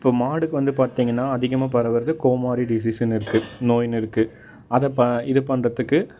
இப்போ மாடுக்கு வந்து பார்த்தீங்கன்னா அதிகமாக பரவுறது கோமாரி டிசீஸ்னு இருக்கு நோய்ன்னு இருக்கு அதை ப இது பண்ணுறதுக்கு